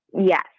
yes